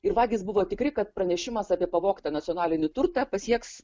ir vagys buvo tikri kad pranešimas apie pavogtą nacionalinį turtą pasieks